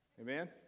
Amen